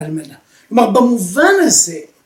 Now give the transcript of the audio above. אלמנה, כלומר במובן הזה!